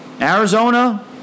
Arizona